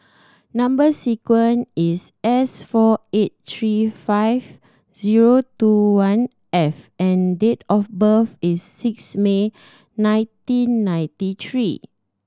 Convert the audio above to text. number sequence is S four eight three five zero two one F and date of birth is six May nineteen ninety three